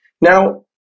Now